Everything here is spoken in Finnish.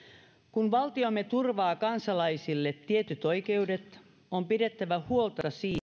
kun valtiomme turvaa kansalaisille tietyt oikeudet on pidettävä huolta siitä